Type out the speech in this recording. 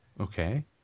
okay